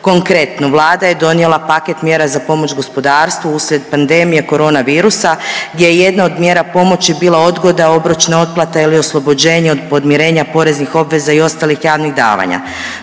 Konkretno, Vlada je donijela paket mjera za pomoć gospodarstvu uslijed pandemije korona virusa gdje je jedna od mjera pomoći bila odgoda obročne otplate ili oslobođenje od podmirenja poreznih obveza i ostalih javnih davanja.